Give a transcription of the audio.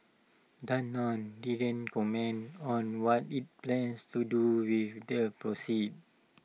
Danone didn't comment on what IT plans to do with their proceeds